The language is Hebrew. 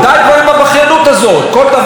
אבו מאזן לא גינה את הפיגוע,